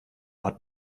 hat